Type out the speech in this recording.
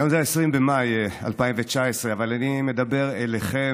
היום זה 20 במאי 2019, אבל אני מדבר אליכם,